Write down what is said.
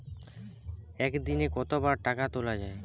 একদিনে কতবার টাকা তোলা য়ায়?